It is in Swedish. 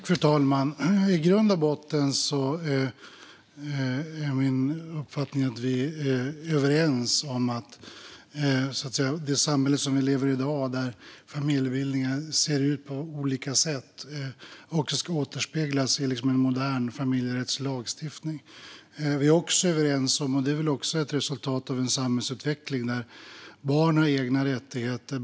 Fru talman! I grund och botten är min uppfattning att vi är överens. I det samhälle vi i dag lever i ser familjebildningar ut på olika sätt. Det ska också återspeglas i en modern familjerättslig lagstiftning. Vi är också överens om, och det är väl också en del av en samhällsutveckling, att barn har egna rättigheter.